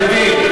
גברתי,